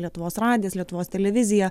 lietuvos radijas lietuvos televizija